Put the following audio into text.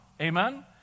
Amen